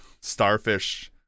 starfish